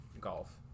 golf